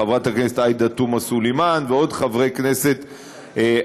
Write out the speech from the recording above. חברת הכנסת עאידה תומא סלימאן ועוד חברי כנסת אחרים.